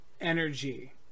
energy